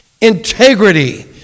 integrity